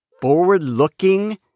forward-looking